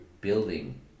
building